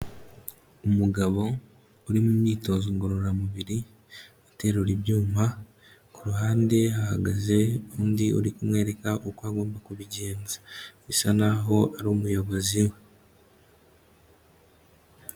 Umugabo uri mu myitozo ngororamubiri aterura ibyuma, ku ruhande hahagaze undi uri kumwereka uko agomba kubigenza. Bisa nkaho ari Umuyobozi we.